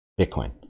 Bitcoin